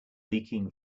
leaking